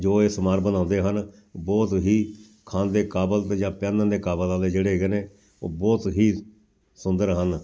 ਜੋ ਇਹ ਸਮਾਨ ਬਣਾਉਂਦੇ ਹਨ ਬਹੁਤ ਹੀ ਖਾਣ ਦੇ ਕਾਬਲ ਜਾਂ ਪਹਿਨਣ ਦੇ ਕਾਬਲ ਵਾਲੇ ਜਿਹੜੇ ਹੈਗੇ ਨੇ ਉਹ ਬਹੁਤ ਹੀ ਸੁੰਦਰ ਹਨ